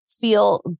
feel